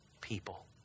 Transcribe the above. people